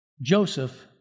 Joseph